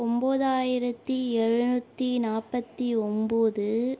ஒம்போதாயிரத்து எழுநூற்றி நாற்பத்தி ஒம்பது